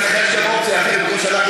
היא רוצה להגיד,